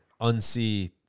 unsee